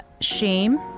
Shame